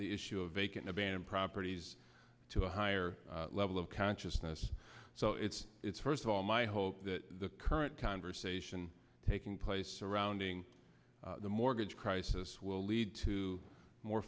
the issue of a can a band properties to a higher level of consciousness so it's it's first of all my hope that the current conversation taking place surrounding the mortgage crisis will lead to more